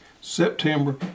September